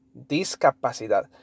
Discapacidad